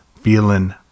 feeling